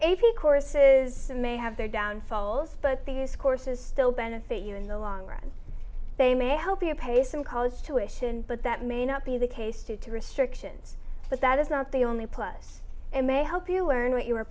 avery course is may have their downfalls but these courses still benefit you in the long run they may help you pay some college tuition but that may not be the case two to restrictions but that is not the only plus it may help you learn what you are